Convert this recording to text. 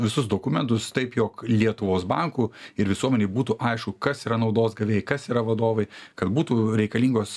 visus dokumentus taip jog lietuvos bankų ir visuomenei būtų aišku kas yra naudos gavėjai kas yra vadovai kad būtų reikalingos